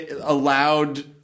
allowed